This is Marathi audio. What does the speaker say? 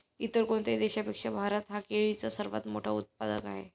इतर कोणत्याही देशापेक्षा भारत हा केळीचा सर्वात मोठा उत्पादक आहे